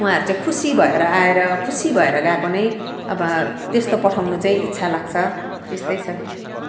उहाँहरू चाहिँ खुसी भएर आएर खुसी भएर गएको नै अब त्यस्तो पठाउनु चाहिँ इच्छा लाग्छ त्यस्तै छ